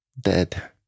Dead